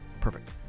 perfect